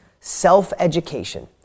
self-education